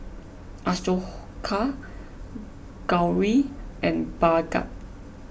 Ashoka Gauri and Bhagat